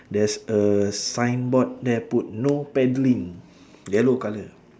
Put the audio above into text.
there's a signboard there put no paddling yellow colour